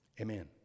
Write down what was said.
Amen